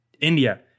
India